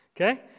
Okay